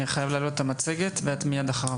אנחנו לא רוצים לקבל את המצב הקיים כמצב נתון.